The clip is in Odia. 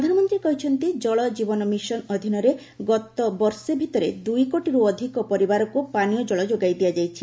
ପ୍ରଧାନମନ୍ତ୍ରୀ କହିଛନ୍ତି ଜଳ ଜୀବନ ମିଶନ୍ ଅଧୀନରେ ଗତ ବର୍ଷେ ଭିତରେ ଦୁଇ କୋଟିରୁ ଅଧିକ ପରିବାରକୁ ପାନୀୟ ଜଳ ଯୋଗାଇ ଦିଆଯାଇଛି